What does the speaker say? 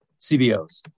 CBOs